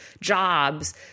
jobs